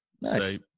nice